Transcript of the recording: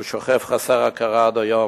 הוא שוכב חסר הכרה עד היום,